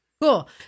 Cool